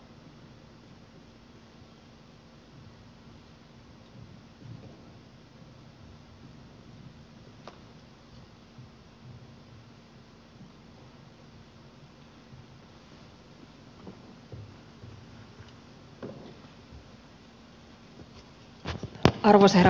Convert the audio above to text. arvoisa herra puhemies